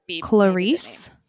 Clarice